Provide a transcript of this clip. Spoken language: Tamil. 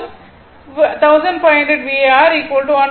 Q 1500 VAr 1